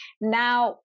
Now